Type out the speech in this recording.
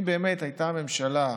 אם באמת הייתה הממשלה,